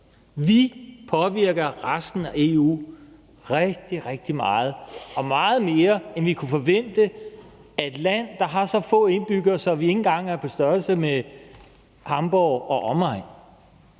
Vi påvirker resten af EU rigtig, rigtig meget og meget mere, end man kunne forvente af et land, der har så få indbyggere, at vi ikke engang er på størrelse med Hamborg og omegn.